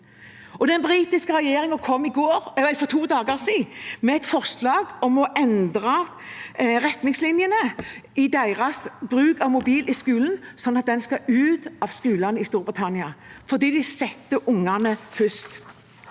Den britiske regjeringen kom for to dager siden med et forslag om å endre retningslinjene for bruk av mobil i skolen, slik at den skal ut av skolene i Storbritannia, fordi de setter ungene først.